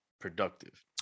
productive